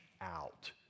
out